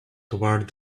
toward